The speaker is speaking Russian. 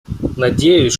надеюсь